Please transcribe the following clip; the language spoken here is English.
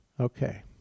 Okay